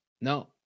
no